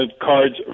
cards